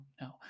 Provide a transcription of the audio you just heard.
No